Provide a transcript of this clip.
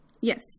Yes